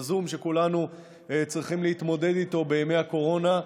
הזום שכולנו צריכים להתמודד איתו בימי הקורונה.